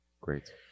great